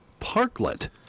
parklet